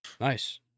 Nice